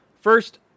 First